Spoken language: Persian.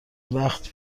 وقت